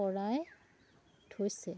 পৰাই থৈছে